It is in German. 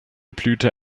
blüte